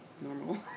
normal